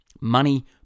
money